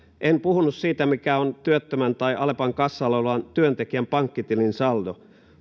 en puhunut siitä mikä on työttömän tai alepan kassalla olevan työntekijän pankkitilin saldo